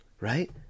Right